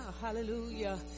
Hallelujah